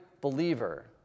believer